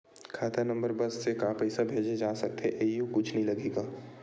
खाता नंबर बस से का पईसा भेजे जा सकथे एयू कुछ नई लगही का?